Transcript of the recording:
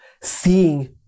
seeing